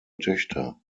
töchter